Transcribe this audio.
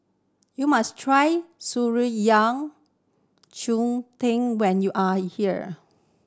you must try Shan Rui yao tang when you are here